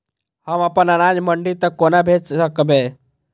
हम अपन अनाज मंडी तक कोना भेज सकबै?